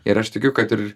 ir aš tikiu kad ir